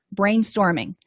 brainstorming